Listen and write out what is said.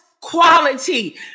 quality